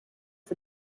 for